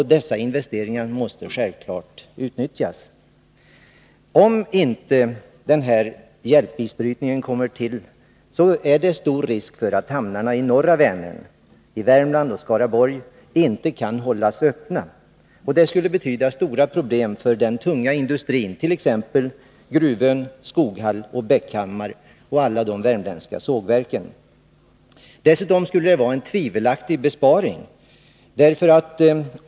Dessa investeringar måste självfallet utnyttjas. Om inte denna hjälpisbrytning kommer till stånd, är det stor risk för att hamnarna i norra Vänern, i Värmland och Skaraborgs län, inte kan hållas öppna. Det skulle betyda stora problem för den tunga industrin, t.ex. i 137 Gruvön, Skoghall och Bäckhammar, och för alla de värmländska sågverken. Dessutom skulle besparingen vara tvivelaktig.